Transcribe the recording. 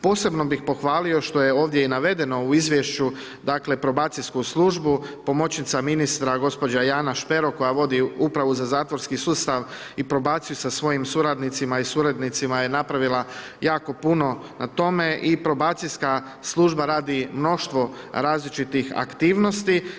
Posebno bih pohvalio, što je ovdje i navedeno u izvješću, dakle, probacijsku službu, pomoćnica ministra, gđa. Jana Špero koja vodi Upravu za zatvorski sustav i probaciju sa svojim suradnicima i s urednicima je napravila jako puno na tome i probacijska služba radi mnoštvo različitih aktivnosti.